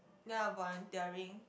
ya volunteering